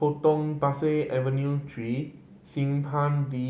Potong Pasir Avenue Three Simpang De